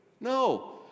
No